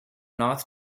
north